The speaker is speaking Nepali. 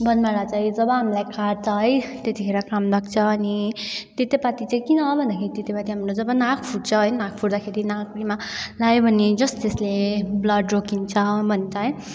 बनमारा चाहिँ कब हामीलाई काट्छ है त्यतिखेर काम लाग्छ अनि तितेपाती चाहिँ किन भन्दाखेरि तितेपाती जब हामीलाई नाक फुट्छ है नाक फुट्दाखेरि नाथुरीमा लायो भने जस्ट त्यसले ब्लड रोकिन्छ भन्छ है